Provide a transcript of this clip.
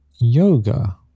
yoga